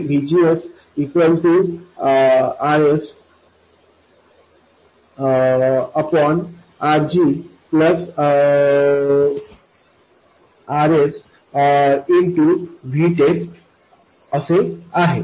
हे VGS Rs RG RsVTEST असे आहे